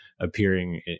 appearing